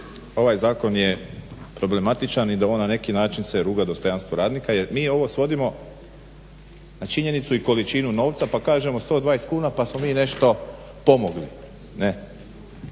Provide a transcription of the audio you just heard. ovaj zakon problematičan i da on na neki način se ruga dostojanstvu radnika jer mi ovo svodimo na činjenicu i količinu novca pa kažemo 120 kuna pa smo mi nešto pomogli.